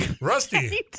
Rusty